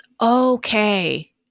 okay